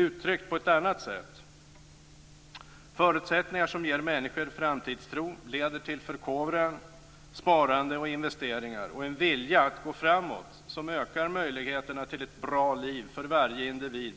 Uttryckt på ett annat sätt: Förutsättningar som ger människor framtidstro leder till förkovran, sparande och investeringar och en vilja att gå framåt som ökar möjligheterna till ett bra liv för varje individ